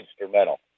instrumental